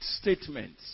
statements